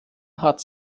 hat